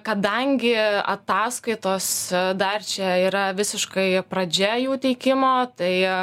kadangi ataskaitos dar čia yra visiškai pradžia jų teikimo tai